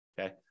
Okay